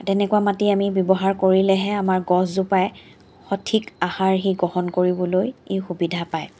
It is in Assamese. তেনেকুৱা মাটি আমি ব্যৱহাৰ কৰিলেহে আমাৰ গছজোপাই সঠিক আহাৰ সি গ্ৰহণ কৰিবলৈ সুবিধা পায়